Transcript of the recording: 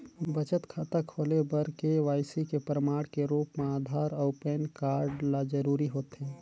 बचत खाता खोले बर के.वाइ.सी के प्रमाण के रूप म आधार अऊ पैन कार्ड ल जरूरी होथे